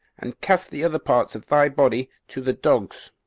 and cast the other parts of thy body to the dogs,